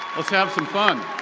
let's have some fun!